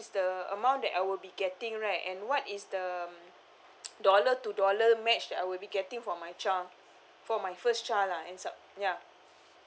is the amount that I will be getting right and what is the dollar to dollar match that I would be getting for my child for my first child lah and sub ya